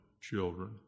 children